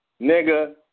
nigga